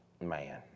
man